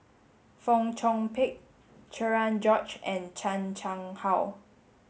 Fong Chong Pik Cherian George and Chan Chang How